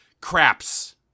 Craps